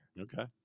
Okay